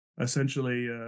essentially